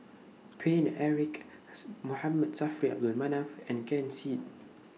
Paine Eric S Saffri A Manaf and Ken Seet